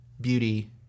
beauty